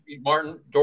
Martin